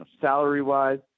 salary-wise